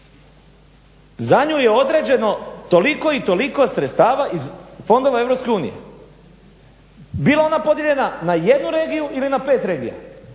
za nju je određeno toliko i toliko sredstava iz fondova EU, bilo ona podijeljena na 1 regiju ili na 5 regija,